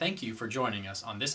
thank you for joining us on th